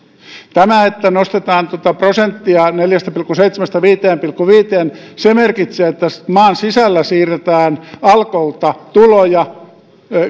tämä että nostetaan tuota prosenttia neljästä pilkku seitsemästä viiteen pilkku viiteen merkitsee että maan sisällä siirretään alkolta tuloja